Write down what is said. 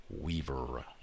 Weaver